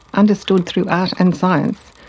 understood through art and science,